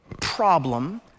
problem